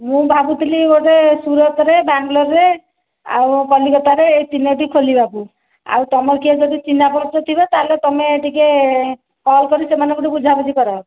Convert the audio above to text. ମୁଁ ଭାବୁଥିଲି ଗୋଟେ ସୁରତ ରେ ବାଙ୍ଗଲୋର ରେ କଲିକତା ରେ ଏଇ ତିନୋଟି ଖୋଲିବାକୁ ଆଉ ତମର କେହି ଯଦି ଚିହ୍ନା ପରିଚ ଥିବ ତାହେଲେ ତମେ ଟିକେ କଲ କରିକି ସେମାନଙ୍କଠୁ ବୁଝାବୁଝି କର